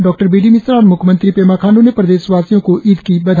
राज्यपाल डॉ B D Mishra और मुख्यमंत्री पेमा खांडू ने प्रदेश वासियों को ईद की बधाई दी है